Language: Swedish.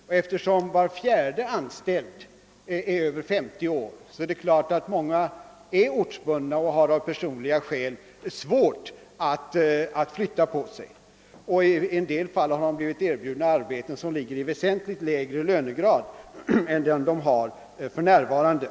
Och eftersom var fjärde anställd är över 50 år är det många som blivit ortsbundna och av personliga skäl har svårt att flytta till annan ort. I några fall har de anställda också blivit erbjudna arbeten i väsentligt lägre lönegrader än vad de har för närvarande.